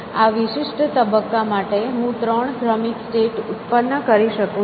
આ વિશિષ્ટ તબક્કા માટે હું ત્રણ ક્રમિક સ્ટેટ ઉત્પન્ન કરી શકું છું